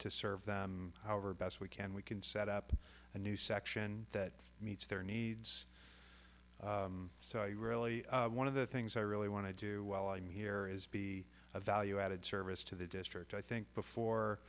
to serve our best we can we can set up a new section that meets their needs so you really one of the things i really want to do while i'm here is be a value added service to the district i think before